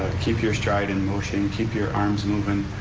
keep your stride in motion, keep your arms moving,